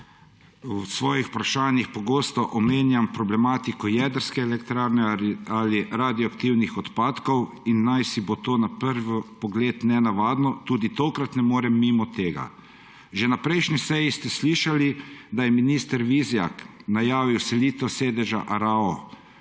v svojih vprašanjih pogosto omenjam problematiko jedrske elektrarne ali radioaktivnih odpadkov in najsibo to na prvi pogled nenavadno, tudi tokrat ne morem mimo tega. Že na prejšnji seji ste slišali, da je minister Vizjak najavil selitev sedeža ARAO